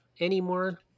anymore